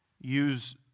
use